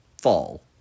fall